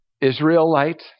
israelite